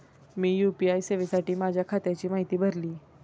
मी UPI सेवेसाठी माझ्या खात्याची माहिती भरली